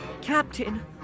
Captain